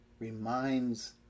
Reminds